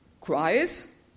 cries